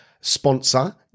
sponsor